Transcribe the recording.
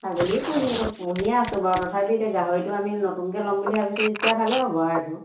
ছাগলীও পুহিম পুহিয়ে আছো বাৰু তথাপি এতিয়া গাহৰিটো আমি নতুনকে লম বুলি ভাবিছোঁ এতিয়া ভালেই হ'ব আৰু এইটো